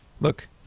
Look